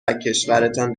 وکشورتان